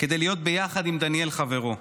כדי להיות ביחד עם דניאל חברו.